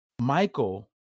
Michael